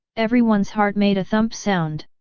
everyone's heart made a thump sound.